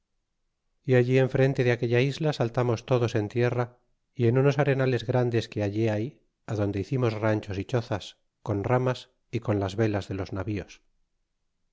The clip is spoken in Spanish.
y allí enfrente de aquella isla saltamos todos en tierra y en unos arenales grandes que allí hay adonde hicimos ranchos y chozas con ramas y con las velas de los navíos